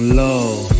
love